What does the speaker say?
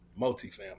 multifamily